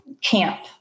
camp